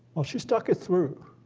well, she stuck it through.